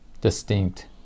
distinct